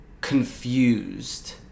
confused